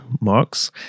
Marks